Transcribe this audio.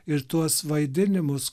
ir tuos vaidinimus